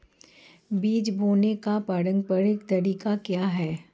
बीज बोने का पारंपरिक तरीका क्या है?